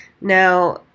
Now